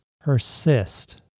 persist